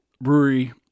brewery